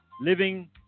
Living